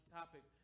topic